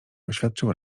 oświadczył